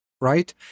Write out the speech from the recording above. right